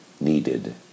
needed